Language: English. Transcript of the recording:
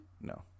No